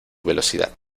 velocidad